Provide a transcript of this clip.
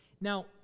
Now